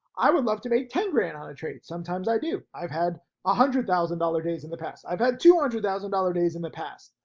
i would love to make ten grand on a trade, sometimes i do. i've had a one hundred thousand dollars days in the past. i've had two hundred thousand dollars days in the past,